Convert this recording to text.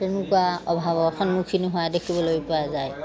তেনেকুৱা অভাৱৰ সন্মুখীন হোৱা দেখিবলৈ পোৱা যায়